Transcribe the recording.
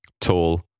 tall